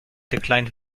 declined